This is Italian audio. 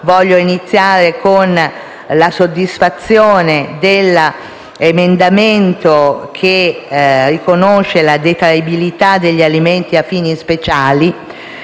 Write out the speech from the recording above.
Voglio iniziare esprimendo soddisfazione per l'emendamento che riconosce la detraibilità degli alimenti a fini speciali;